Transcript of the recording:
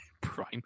prime